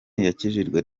yakijijwe